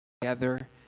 together